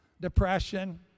depression